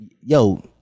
Yo